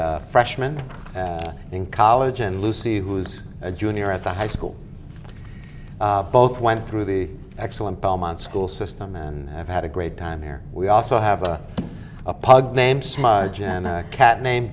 a freshman in college and lucy who's a junior at the high school both went through the excellent belmont school system and i've had a great time here we also have a pug named smudge and a cat named